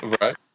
Right